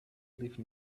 live